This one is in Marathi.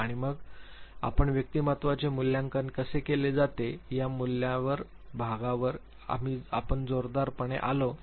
आणि मग आम्ही व्यक्तिमत्त्वाचे मूल्यांकन कसे केले जाते या मूल्यांकन भागावर आम्ही जोरदारपणे आलो